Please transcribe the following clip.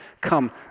come